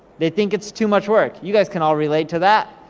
they think it's too much work. you guys can all relate to that.